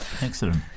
excellent